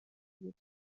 بود